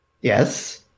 Yes